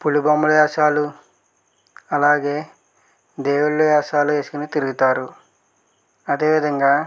పులి బొమ్మల వేషాలు అలాగే దేవుళ్ళ వేషాలు వేసుకొని తిరుగుతారు అదేవిధంగా